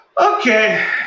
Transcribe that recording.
Okay